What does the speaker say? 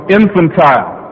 infantile